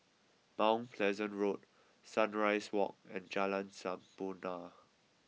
Mount Pleasant Road Sunrise Walk and Jalan Sampurna